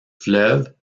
fleuve